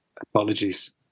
Apologies